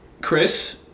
Chris